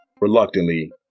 reluctantly